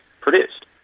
produced